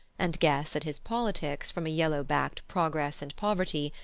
and guess at his politics from a yellow backed progress and poverty,